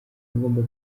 ngomba